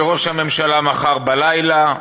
שראש הממשלה מכר בלילה,